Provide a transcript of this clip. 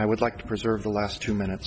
i would like to preserve the last two minutes